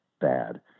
bad